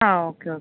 ആ okay okay